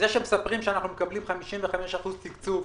זה שמספרים שאנחנו מקבלים 55% תקצוב,